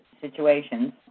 situations